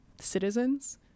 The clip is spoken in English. citizens